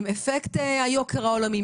עם אפקט היוקר העולמי,